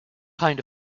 kind